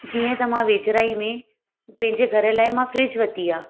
जीअं त मां वेझिड़ाई में पंहिंजे घर लाइ मां फ्रिज वरिती आहे